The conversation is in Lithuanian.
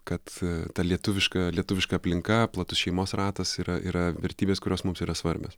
kad ta lietuviška lietuviška aplinka platus šeimos ratas yra yra vertybės kurios mums yra svarbios